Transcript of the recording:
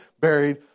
buried